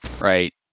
Right